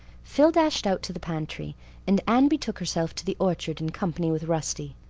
phil dashed out to the pantry and anne betook herself to the orchard in company with rusty.